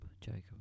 Jacob